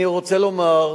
אני רוצה לומר,